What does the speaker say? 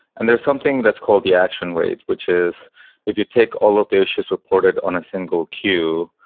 and there's something that's called the action rate, which is if you take all of the issues reported on a single queue,